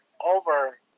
over